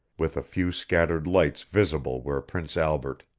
with a few scattered lights visible where prince albert,